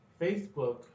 Facebook